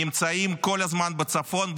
נמצאים כל הזמן בצפון,